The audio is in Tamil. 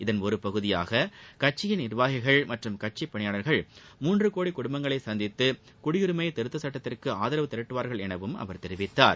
இதன் ஒரு பகுதியாக கட்சியின் நிர்வாகிகள் மற்றும் கட்சிப் பணியாளர்கள் மூன்று கோடி குடும்பங்களை சந்தித்து சுடியுரிமை திருத்த சட்டத்திற்கு ஆதரவு திரட்டுவார்கள் எனவும் அவர் தெரிவித்தார்